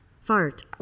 Fart